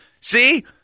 See